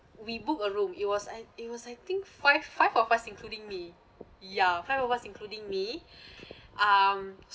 we booked a room it was I it was I think five five of us including me ya five of us including me um